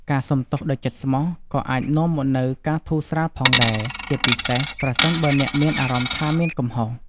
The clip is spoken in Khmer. ការសូមទោសដោយស្មោះក៏អាចនាំមកនូវការធូរស្រាលផងដែរ ជាពិសេសប្រសិនបើអ្នកមានអារម្មណ៍ថាមានកំហុស។